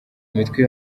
imitwe